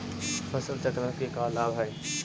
फसल चक्रण के का लाभ हई?